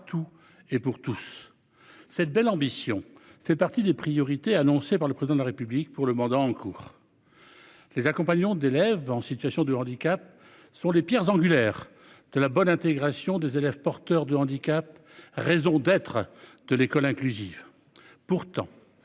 lycée partout et pour tous. Cette belle ambition fait partie des priorités annoncées par le président de la République pour le mandat en cours. Les accompagnants d'élèves en situation de handicap sont les pierres angulaires de la bonne intégration des élèves porteurs de handicap raison d'être de l'école inclusive.